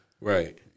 Right